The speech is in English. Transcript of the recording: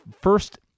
first